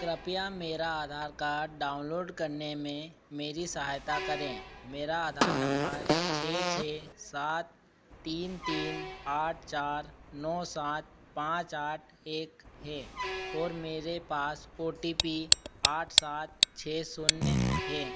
क्रपया मेरा Aadhaar card download करने में मेरी सहायता करें मेरा आधार नंबर छः छः सात तीन तीन आठ चार नौ सात पाँच आठ एक है और मेरे पास ओ टी पी आठ सात छः शून्य है